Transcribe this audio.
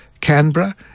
canberra